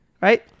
Right